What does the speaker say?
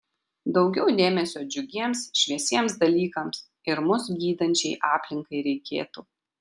daugiau dėmesio džiugiems šviesiems dalykams ir mus gydančiai aplinkai reikėtų